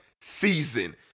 season